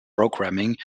programming